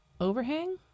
overhang